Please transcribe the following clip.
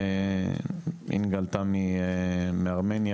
אינגה עלתה מארמניה,